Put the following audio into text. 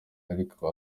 ariko